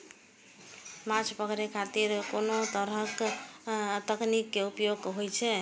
माछ पकड़े खातिर आनो अनेक तरक तकनीक के उपयोग होइ छै